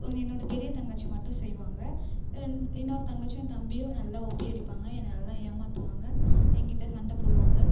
என்னோடய பெரிய தங்கச்சி மட்டும் செய்வாங்க இன்னொரு தங்கச்சியும் தம்பியும் நல்லா ஓபி அடிப்பாங்க என்ன நல்லா ஏமாற்றுவாங்க ஏங்கிட்ட சண்டைபோடுவாங்க